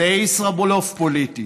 זה ישראבלוף פוליטי.